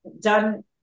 done